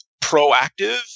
proactive